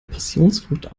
passionsfrucht